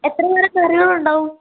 എത്രതരം കറികളുണ്ടാവും